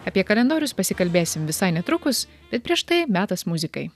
apie kalendorius pasikalbėsim visai netrukus bet prieš tai metas muzikai